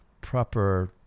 proper